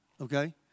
okay